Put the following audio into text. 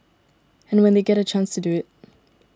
and when they get the chance to do it